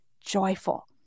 joyful